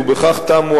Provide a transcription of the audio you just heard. ובכך תמו,